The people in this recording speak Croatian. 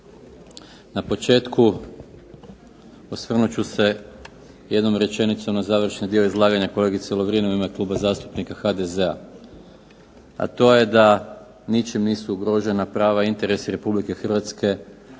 Na početku osvrnut ću se jednom rečenicom na završni dio izlaganja kolegice Lovrin u ime Kluba zastupnika HDZ-a, a to je da ničim nisu ugrožena prava i interesi Republike Hrvatske